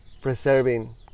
preserving